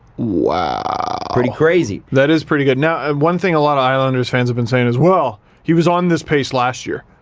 wow, pretty crazy. that is pretty good. now um one thing a lot of islanders fans have been saying is well he was on this pace last year